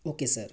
okay sir